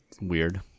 weird